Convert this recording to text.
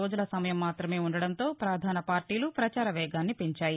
రోజుల సమయం మాతమే ఉండటంతో పధాన పార్లీలు పచార వేగాన్ని పెంచాయి